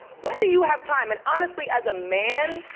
when do you have time? and honestly as a man,